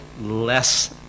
less